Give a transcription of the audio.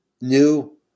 new